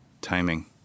Timing